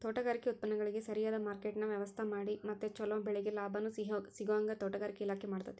ತೋಟಗಾರಿಕೆ ಉತ್ಪನ್ನಗಳಿಗ ಸರಿಯದ ಮಾರ್ಕೆಟ್ನ ವ್ಯವಸ್ಥಾಮಾಡಿ ಮತ್ತ ಚೊಲೊ ಬೆಳಿಗೆ ಲಾಭಾನೂ ಸಿಗೋಹಂಗ ತೋಟಗಾರಿಕೆ ಇಲಾಖೆ ಮಾಡ್ತೆತಿ